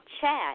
chat